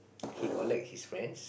he collect his friends